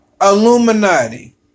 Illuminati